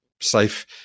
safe